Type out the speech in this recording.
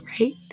right